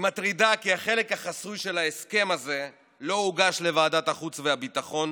היא מטרידה כי החלק החסוי של ההסכם הזה לא הוגש לוועדת החוץ והביטחון